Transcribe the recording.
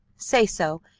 say so,